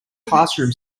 classroom